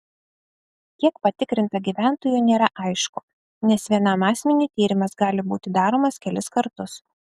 kiek patikrinta gyventojų nėra aišku nes vienam asmeniui tyrimas gali būti daromas kelis kartus